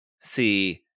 see